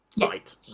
right